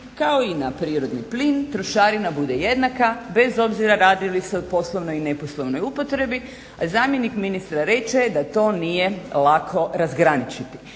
kao i na prirodni plin trošarina bude jednaka bez obzira radi li se o poslovnoj ili neposlovnoj upotrebi, a zamjenik ministra reče da to nije lako razgraničiti.